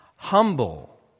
humble